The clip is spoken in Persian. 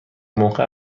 موقع